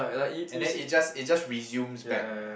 and then it just it just resumes back